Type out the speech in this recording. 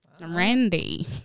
Randy